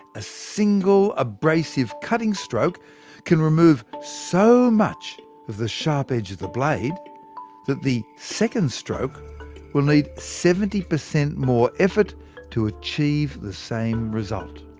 a single abrasive cutting stroke can remove so much of the sharp edge of the blade that the second stroke will need seventy percent more effort to achieve the same result.